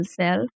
self